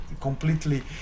completely